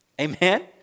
Amen